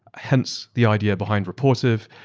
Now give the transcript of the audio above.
hence the idea behind rapportive.